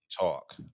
talk